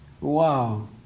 Wow